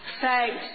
thanks